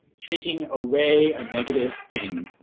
taking away a negative thing